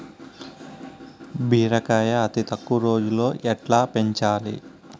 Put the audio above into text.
బీరకాయ అతి తక్కువ రోజుల్లో ఎట్లా పెంచాలి?